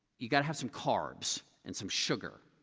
you got to have some carbs and some sugar,